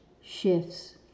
shifts